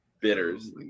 bitters